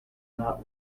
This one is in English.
not